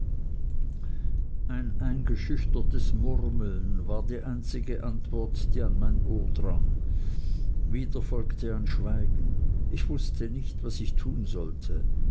ein eingeschüchtertes murmeln war die einzige antwort die an mein ohr drang wieder folgte ein schweigen ich wußte nicht was ich tun sollte